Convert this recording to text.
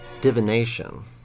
Divination